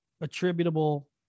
attributable